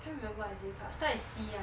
can't remember what is it starts with C [one]